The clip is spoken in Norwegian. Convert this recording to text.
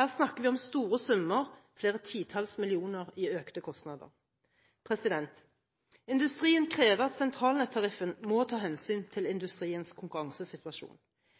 Her snakker vi om store summer – flere titalls millioner i økte kostnader. Industrien krever at sentralnettariffen må ta hensyn til